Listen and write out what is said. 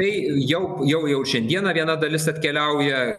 tai jau jau jau šiandieną viena dalis atkeliauja